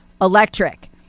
electric